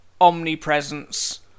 omnipresence